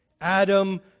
Adam